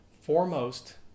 Foremost